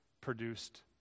produced